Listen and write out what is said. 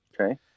Okay